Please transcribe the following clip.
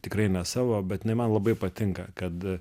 tikrai ne savo bet jinai man labai patinka kad